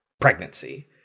Pregnancy